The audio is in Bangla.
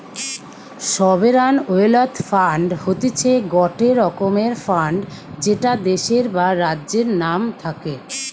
সভেরান ওয়েলথ ফান্ড হতিছে গটে রকমের ফান্ড যেটা দেশের বা রাজ্যের নাম থাকে